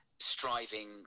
striving